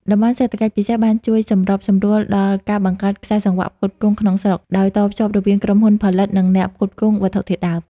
តំបន់សេដ្ឋកិច្ចពិសេស បានជួយសម្របសម្រួលដល់ការបង្កើត "ខ្សែសង្វាក់ផ្គត់ផ្គង់ក្នុងស្រុក" ដោយតភ្ជាប់រវាងក្រុមហ៊ុនផលិត និងអ្នកផ្គត់ផ្គង់វត្ថុធាតុដើម។